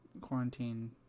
quarantine